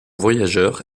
voyageurs